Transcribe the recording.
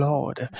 Lord